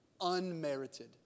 unmerited